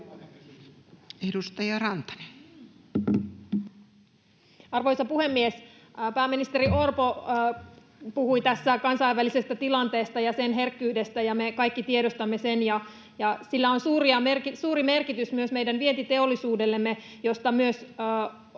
15:47 Content: Arvoisa puhemies! Pääministeri Orpo puhui tässä kansainvälisestä tilanteesta ja sen herkkyydestä, ja me kaikki tiedostamme sen. Sillä on suuri merkitys myös meidän vientiteollisuudellemme, josta myös